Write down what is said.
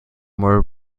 were